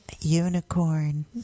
unicorn